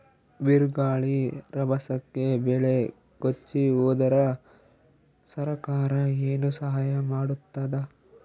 ಬಿರುಗಾಳಿ ರಭಸಕ್ಕೆ ಬೆಳೆ ಕೊಚ್ಚಿಹೋದರ ಸರಕಾರ ಏನು ಸಹಾಯ ಮಾಡತ್ತದ?